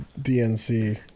DNC